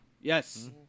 yes